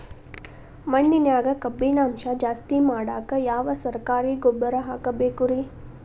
ಮಣ್ಣಿನ್ಯಾಗ ಕಬ್ಬಿಣಾಂಶ ಜಾಸ್ತಿ ಮಾಡಾಕ ಯಾವ ಸರಕಾರಿ ಗೊಬ್ಬರ ಹಾಕಬೇಕು ರಿ?